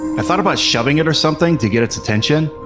i thought about shoving it or something to get its attention,